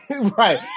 Right